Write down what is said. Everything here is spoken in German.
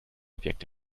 objekt